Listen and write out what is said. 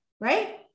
right